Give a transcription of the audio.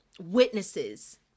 witnesses